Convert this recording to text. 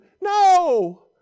No